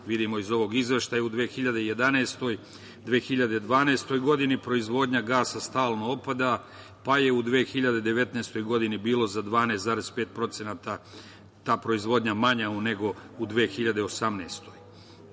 vidimo iz ovog izveštaja u 2011, 2012. godini proizvodnja gasa stalno opada, pa je u 2019. godini bilo za 12.5% procenata ta proizvodnja manja nego u 2018. godini.